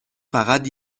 فقط